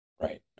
right